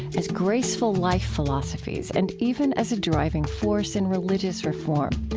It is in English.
as graceful life philosophies and even as a driving force in religious reform.